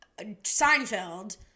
seinfeld